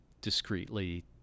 discreetly